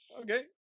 Okay